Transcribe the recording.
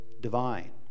divine